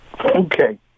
Okay